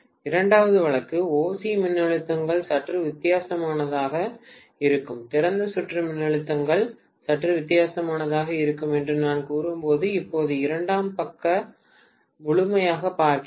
இரண்டாவது வழக்கு OC மின்னழுத்தங்கள் சற்று வித்தியாசமாக இருக்கும்போது திறந்த சுற்று மின்னழுத்தங்கள் சற்று வித்தியாசமாக இருக்கும் என்று நான் கூறும்போது இப்போது இரண்டாம் பக்கத்தை முழுமையாகப் பார்க்கிறேன்